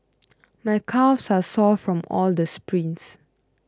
my calves are sore from all the sprints